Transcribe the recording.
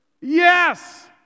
Yes